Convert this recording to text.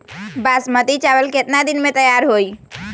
बासमती चावल केतना दिन में तयार होई?